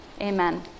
Amen